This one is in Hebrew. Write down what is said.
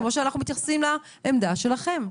כמו שאנחנו מתייחסים לעמדה שלכם.